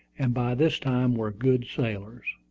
and by this time were good sailors.